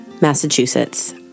Massachusetts